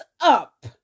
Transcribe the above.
up